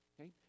okay